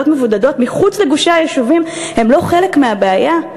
מבודדות מחוץ לגושי היישובים הם לא חלק מהבעיה?